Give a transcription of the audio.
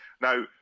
now